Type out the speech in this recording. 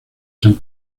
san